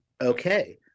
Okay